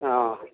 অঁ